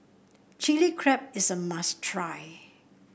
Chili Crab is a must try